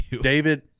David